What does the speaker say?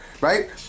right